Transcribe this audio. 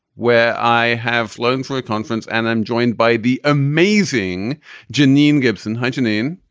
where i have flown for a conference. and i'm joined by the amazing janine gibson. hi, janine.